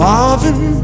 Marvin